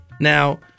Now